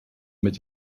mit